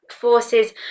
forces